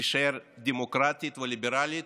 תישאר דמוקרטית וליברלית,